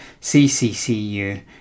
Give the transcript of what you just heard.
CCCU